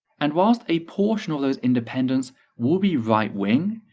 and whilst a portion of those independents will be right wing,